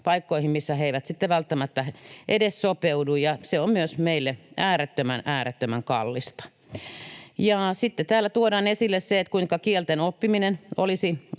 paikkoihin, missä he eivät sitten välttämättä edes sopeudu, ja se on myös meille äärettömän, äärettömän kallista. Ja sitten täällä tuodaan esille se, kuinka kielten oppiminen olisi